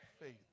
faith